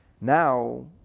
Now